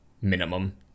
minimum